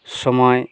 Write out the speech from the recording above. সময়